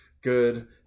good